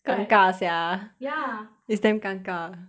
right 尴尬 sia ya it's damn 尴尬